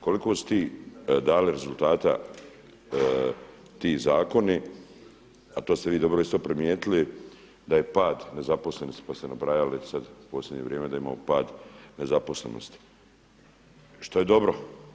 Koliko su ti dali rezultata, ti zakoni, a to ste vi dobro isto primijetili da je pad nezaposlenosti, pa ste nabrajali, već sad u posljednje vrijeme da imamo pad nezaposlenosti, što je dobro.